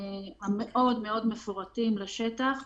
ההנחיות הסופיות התקבלו במוצאי שבת.